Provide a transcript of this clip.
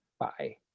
Bye